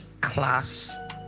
class